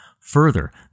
Further